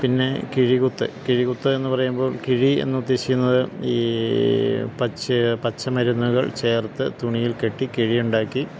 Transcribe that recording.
പിന്നെ കിഴി കുത്ത് കിഴി കുത്ത് എന്ന് പറയുമ്പോൾ കിഴി എന്ന് ഉദ്ദേശിക്കുന്നത് ഈ പച്ച പച്ച മരുന്നുകൾ ചേർത്ത് തുണിയിൽ കെട്ടി കിഴി ഉണ്ടാക്കി